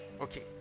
Okay